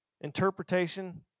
interpretation